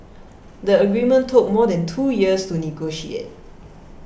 the agreement took more than two years to negotiate